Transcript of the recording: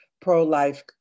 Pro-Life